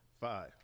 five